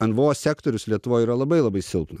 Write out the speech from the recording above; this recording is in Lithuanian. nvo sektorius lietuvoj yra labai labai silpnas